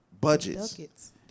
budgets